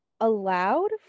allowed